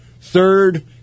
Third